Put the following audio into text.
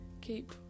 keep